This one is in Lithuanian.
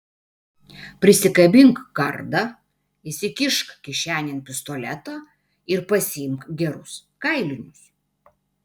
prisikabink kardą įsikišk kišenėn pistoletą ir pasiimk gerus kailinius